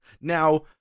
Now